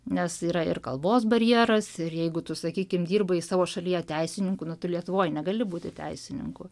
nes yra ir kalbos barjeras ir jeigu tu sakykim dirbai savo šalyje teisininku nu tu lietuvoj negali būti teisininku